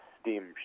steam